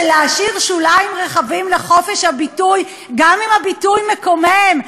של להשאיר שוליים רחבים לחופש הביטוי גם אם הביטוי מקומם?